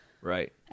right